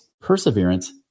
perseverance